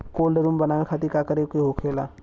Cold room बनावे खातिर का करे के होला?